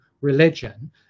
religion